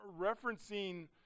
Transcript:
referencing